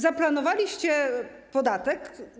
Zaplanowaliście podatek.